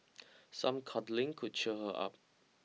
some cuddling could cheer her up